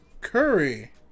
Curry